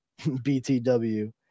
BTW